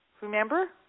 Remember